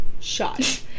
shot